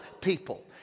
people